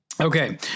Okay